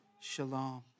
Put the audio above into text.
Shalom